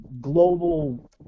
global